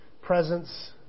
presence